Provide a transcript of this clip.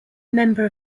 member